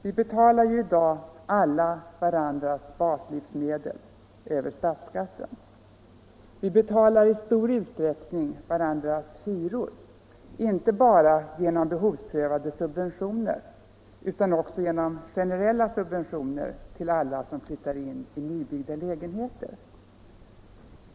Vi betalar ju i dag alla varandras baslivsmedel över statsskatten. Vi betalar i stor utsträckning varandras hyror, inte bara genom behovsprövade subventioner utan också genom generella subventioner till alla som flyttar in i nybyggda lägenheter.